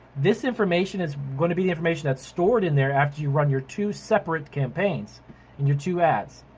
this information is gonna be the information that's stored in there after you run your two separate campaigns and your two ads.